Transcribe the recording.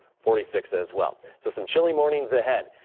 forty six as well. so some chilly mornings ahead.